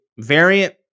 variant